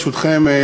ברשותכם,